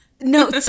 No